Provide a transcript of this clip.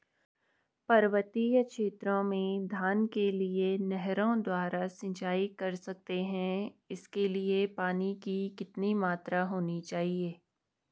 पर्वतीय क्षेत्रों में धान के लिए नहरों द्वारा सिंचाई कर सकते हैं इसके लिए पानी की कितनी मात्रा होनी चाहिए?